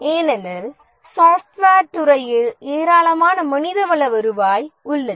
ஏனெனில் சாப்ட்வேர் துறையில் ஏராளமான மனிதவள வருவாய் உள்ளது